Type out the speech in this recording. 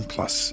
Plus